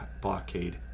blockade